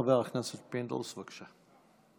חבר הכנסת פינדרוס, בבקשה.